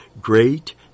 great